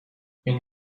این